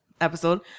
episode